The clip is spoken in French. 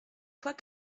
fois